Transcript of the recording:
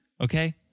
Okay